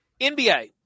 NBA